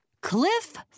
Cliff